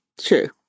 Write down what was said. True